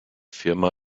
firma